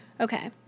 Okay